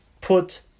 put